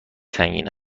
سنگین